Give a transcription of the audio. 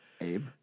Abe